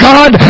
God